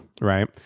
right